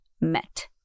met